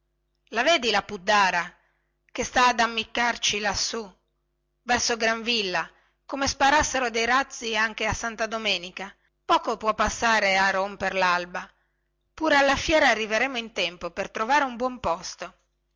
la vedi la puddara che sta ad ammiccarci lassù verso granvilla come sparassero dei razzi anche a santa domenica poco può passare a romper lalba pure alla fiera arriveremo in tempo per trovare un buon posto